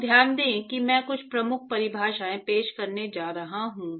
तो ध्यान दें कि मैं कुछ प्रमुख परिभाषाएं पेश करने जा रहा हूं